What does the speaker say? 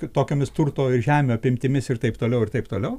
tokiomis turto ir žemių apimtimis ir taip toliau ir taip toliau